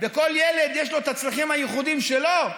ולכל ילד יש את הצרכים הייחודיים שלו,